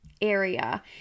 area